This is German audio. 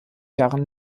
jahren